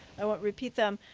i won't repeat them.